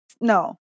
no